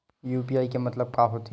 UPI के मतलब का होथे?